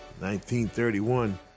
1931